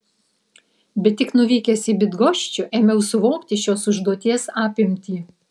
bet tik nuvykęs į bydgoščių ėmiau suvokti šios užduoties apimtį